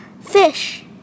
Fish